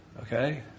Okay